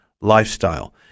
lifestyle